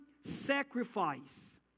sacrifice